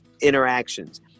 interactions